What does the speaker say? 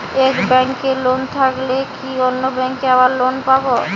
এক ব্যাঙ্কে লোন থাকলে কি অন্য ব্যাঙ্কে আবার লোন পাব?